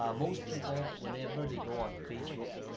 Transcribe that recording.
um most people whenever they go on facebook,